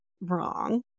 wrong